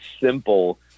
simple